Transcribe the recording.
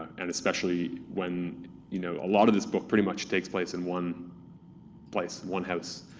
and especially when you know a lot of this book pretty much takes place in one place, one house.